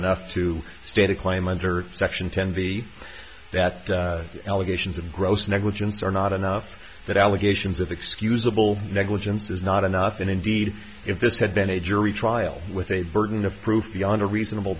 enough to state a claim under section ten b that the allegations of gross negligence are not enough that allegations of excusable negligence is not enough and indeed if this had been a jury trial with a burden of proof beyond a reasonable